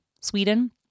Sweden